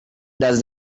does